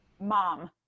mom